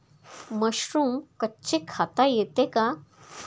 Mushroom कच्चे खाता येते का?